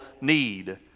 need